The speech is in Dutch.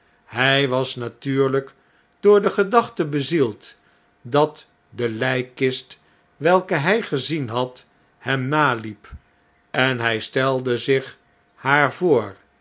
hij was natuurlp door de gedachte bezield dat de lpkist welke hy gezien had hem naliep en hg stelde zich haar voor